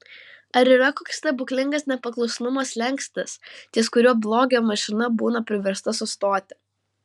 ar yra koks stebuklingas nepaklusnumo slenkstis ties kuriuo blogio mašina būna priversta sustoti